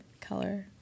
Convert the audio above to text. color